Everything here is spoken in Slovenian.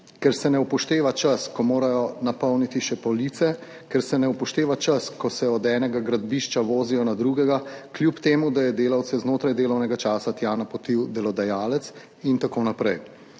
ker se ne upošteva čas, ko morajo še napolniti police, ker se ne upošteva čas, ko se vozijo od enega gradbišča do drugega, kljub temu, da je delavce znotraj delovnega časa tja napotil delodajalec, in tako naprej.